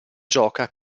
gioca